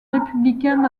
républicains